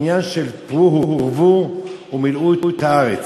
עניין של "פרו ורבו ומלאו את הארץ".